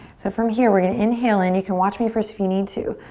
so from here we're going to inhale in. you can watch me first if you need to.